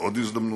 עוד הזדמנות,